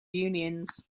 unions